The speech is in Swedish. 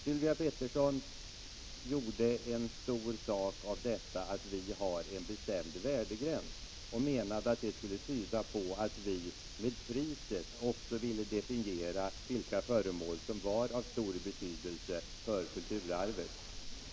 Sylvia Pettersson gjorde en stor sak av det faktum att vi föreslår en bestämd värdegräns och menade att detta skulle tyda på att vi med priset också vill definiera vilka föremål som är av stor betydelse för kulturarvet.